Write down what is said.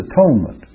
Atonement